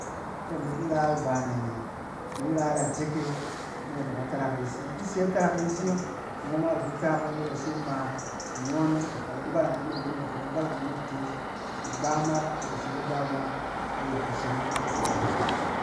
Kɛ anet ra ibaane me ni ra iratek e nɔng idaka tarak ayisi. Ki ise itarak ayisi yɔng nghɔn ma ida bi tarak ba yɔng fɛ base ama nighɔn ida kaba barang mo iren, id aka ba barang mo itees, ibama bada sɛ igba-gba ayit kusonong a zatse.